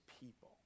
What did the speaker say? people